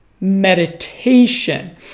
meditation